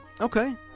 Okay